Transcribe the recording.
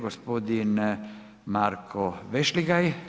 Gospodin Marko Vešligaj.